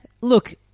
Look